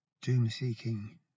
doom-seeking